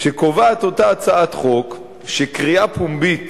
קובעת אותה הצעת חוק שקריאה פומבית